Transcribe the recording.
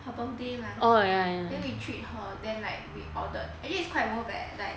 her birthday mah then we treat her then like we ordered actually it's quite worth leh like